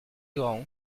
grand